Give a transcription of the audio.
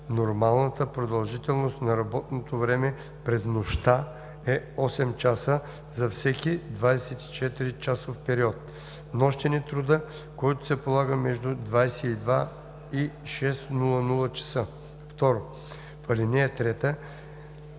„Нормалната продължителност на работното време през нощта е 8 часа за всеки 24-часов период. Нощен е трудът, който се полага между 22,00 и 6,00 ч.“ 2. В ал. 3 изречения трето и